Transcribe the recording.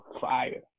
fire